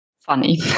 Funny